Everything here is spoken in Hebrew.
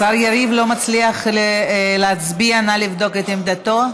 השר יריב לא מצליח להצביע, נא לבדוק את עמדתו.